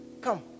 come